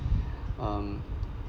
um